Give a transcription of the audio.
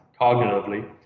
cognitively